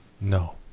No